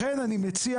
לכן אני מציע,